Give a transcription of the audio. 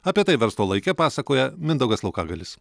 apie tai verslo laike pasakoja mindaugas laukagalis